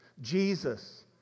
Jesus